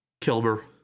Kilmer